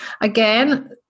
again